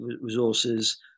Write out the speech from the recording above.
resources